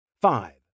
Five